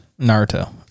naruto